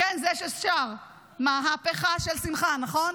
זה ששר "מהפכה של שמחה", נכון?